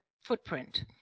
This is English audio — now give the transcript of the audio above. footprint